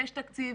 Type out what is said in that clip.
יש תקציב.